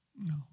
No